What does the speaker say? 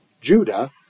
Judah